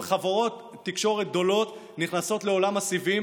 אבל חברות תקשורת גדולות נכנסות לעולם הסיבים,